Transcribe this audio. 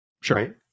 Sure